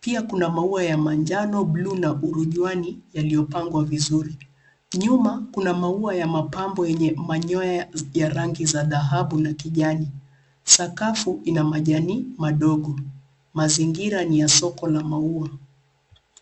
Pia kuna maua ya manjano, bluu na urujuani yaliyopangwa vizuri. Nyuma kuna maua ya mapambo yenye manyoya ya rangi za dhahabu na kijani. Sakafu ina majani madogo. Mazingira ni ya soko la maua.